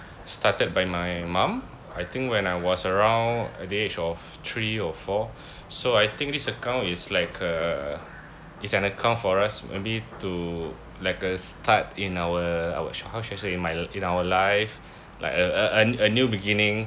started by my mum I think when I was around at the age of three or four so I think this account is like a is an account for us maybe to like a start in our our sh~ how should I say in my in our life like a a a a new beginning